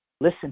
listen